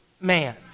man